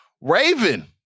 Raven